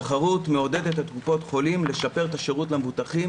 תחרות מעודד את קופות החולים לשפר את השירות למבוטחים,